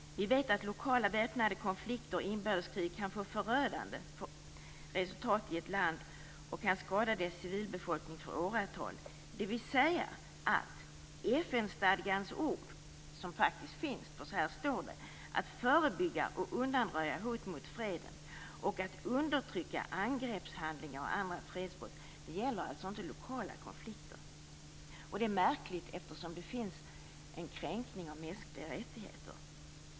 Vi vet att lokala väpnade konflikter och inbördeskrig kan få förödande resultat i ett land och skada dess civilbefolkning för åratal. I FN-stadgan står det om att förebygga och undanröja hot mot freden och om att undertrycka angreppshandlingar och andra fredsbrott, men det gäller alltså inte lokala konflikter. Det är märkligt, eftersom det sker en kränkning av mänskliga rättigheter.